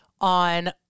on